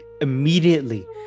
immediately